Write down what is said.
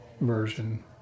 version